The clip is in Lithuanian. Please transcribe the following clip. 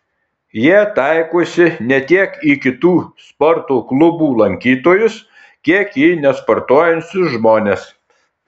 jie taikosi ne tiek į kitų sporto klubų lankytojus kiek į nesportuojančius žmones